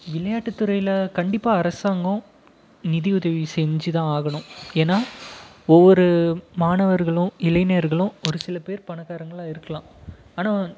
விளையாட்டுத்துறையில் கண்டிப்பாக அரசாங்கம் நிதி உதவி செஞ்சுதான் ஆகணும் ஏன்னா ஒவ்வொரு மாணவர்களும் இளைஞர்களும் ஒருசில பேர் பணக்காரங்களா இருக்கலாம் ஆனால்